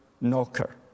knocker